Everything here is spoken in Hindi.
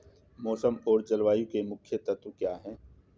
मौसम और जलवायु के मुख्य तत्व क्या हैं?